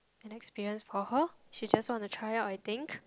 an experience for her she just want to try out I think